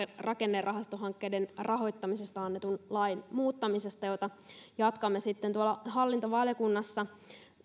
rakennerahastohankkeiden rahoittamisesta annetun lain muuttamisesta jatkamme sitten tuolla hallintovaliokunnassa